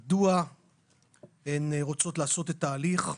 מדוע הן רוצות לעשות את ההליך.